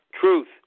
truth